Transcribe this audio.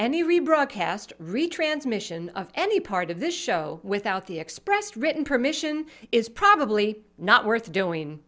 any rebroadcast retransmission of any part of this show without the expressed written permission is probably not worth doing